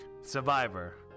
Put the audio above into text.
survivor